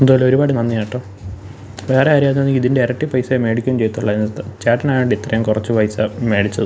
എന്തുമായാലും ഒരുപാട് നന്ദി കേട്ടോ വേറാരാന്നാന്നെങ്കിലിതിൻ്റെ ഇരട്ടി പൈസ മേടിക്കും ചെയ്യത്തുള്ളായിരുന്നിത് ചേട്ടനായതു കൊണ്ടിത്രയും കുറച്ച് പൈസ മേടിച്ചത്